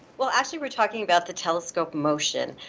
well actually we're talking about the telescope motion.